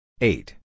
eight